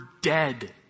dead